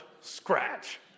scratch